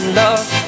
love